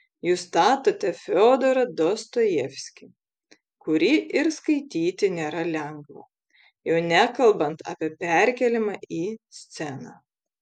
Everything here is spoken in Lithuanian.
jūs statote fiodorą dostojevskį kurį ir skaityti nėra lengva jau nekalbant apie perkėlimą į sceną